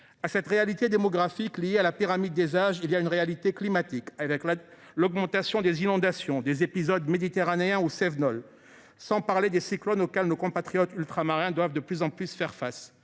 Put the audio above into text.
À la réalité démographique liée à la pyramide des âges s’ajoute une réalité climatique, l’augmentation des inondations et des épisodes méditerranéens ou cévenols, sans parler des cyclones auxquels nos compatriotes ultramarins doivent de plus en plus faire face.